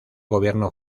gobierno